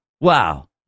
wow